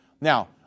Now